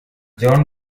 john